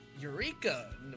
Eureka